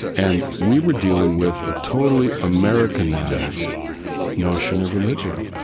and we were dealing with a totally americanized notion of religion.